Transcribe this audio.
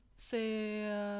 c'est